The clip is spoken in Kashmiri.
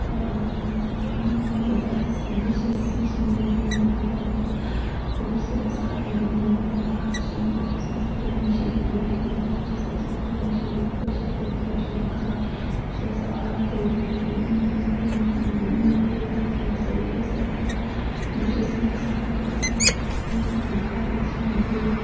اۭں آ میٲنۍ زَبردست یہِ چھس یہِ چھِ میٲنۍ زِندگی ہنٛز زَبردست کہِ بہٕ چھَس یَژھان مٔدیٖنہ پاک گژھُن بہٕ چھَس یَژھان قۄرانہِ شٔریٖف لیٚکھُن بہٕ چھَس یَژھان قۄرانہِ شٔریٖف کٲشِر پٲٹھۍ تَرجُمہ کَرُن بہٕ چھَس یَژھان اعلیٰ تعلیٖم تہِ دُنیایی تعلیٖم تہِ دِنی تعلیٖم تہِ یَژھان یہِ حٲصل کرٕنۍ بہٕ چھَس یَژھان ہر أکۍ سٕنٛز ہر أکۍ سُنٛد دِل